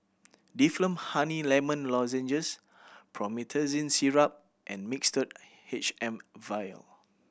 Difflam Honey Lemon Lozenges Promethazine Syrup and Mixtard H M Vial